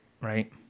right